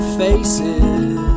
faces